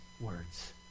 words